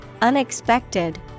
unexpected